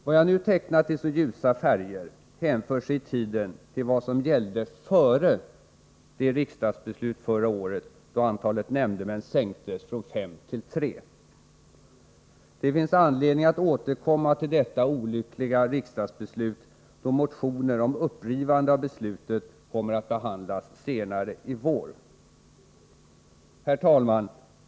Vad jag nu tecknat i så ljusa färger hänför sig i tiden till vad som gällde före det riksdagsbeslut förra året då antalet nämndemän sänktes från fem till tre. Det finns anledning att återkomma till detta olyckliga riksdagsbeslut, då motioner om upprivande av beslutet kommer att behandlas senare i vår. Herr talman!